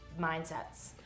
mindsets